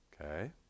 okay